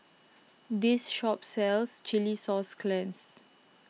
this shop sells Chilli Sauce Clams